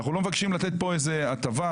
אנחנו לא מבקשים לתת פה איזו הטבה.